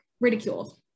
ridiculed